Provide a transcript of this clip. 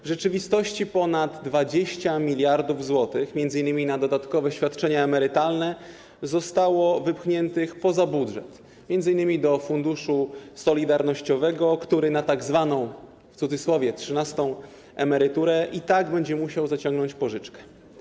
W rzeczywistości ponad 20 mld zł - m.in. na dodatkowe świadczenia emerytalne - zostało wypchniętych poza budżet, m.in. do Funduszu Solidarnościowego, który na tzw. - w cudzysłowie - trzynastą emeryturę i tak będzie musiał zaciągnąć pożyczkę.